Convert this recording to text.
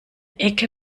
ecke